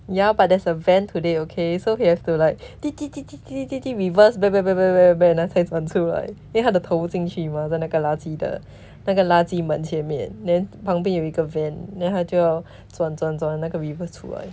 ya but there's a van today okay so you have to like 滴滴滴滴滴滴滴滴 reverse back back back bac~ bac~ bac~ bac~ bac~ back 然后才转出来应为他的头进去 mah 在那个垃圾的那个垃圾门前面 then 旁边有一个 vent then 他就转转转那个 reverse 出来